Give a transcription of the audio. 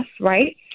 right